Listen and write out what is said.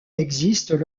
existent